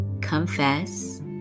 confess